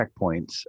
checkpoints